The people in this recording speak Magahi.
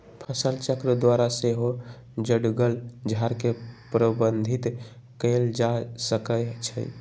फसलचक्र द्वारा सेहो जङगल झार के प्रबंधित कएल जा सकै छइ